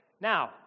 Now